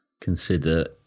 consider